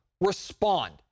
Respond